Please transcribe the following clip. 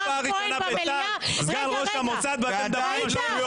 האלופה הראשונה בצה"ל וסגן ראש המוסד ואתם מדברים על שטויות.